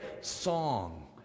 song